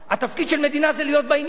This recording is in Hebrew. התפקיד של מדינה זה להיות בעניין,